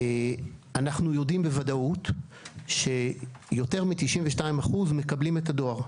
אנחנו יודעים בוודאות שיותר מ-92% מקבלים את הדואר.